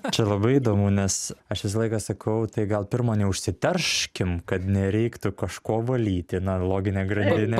čia labai įdomu nes aš visą laiką sakau tai gal pirma neužsiterškim kad nereiktų kažko valyti na loginė grandinė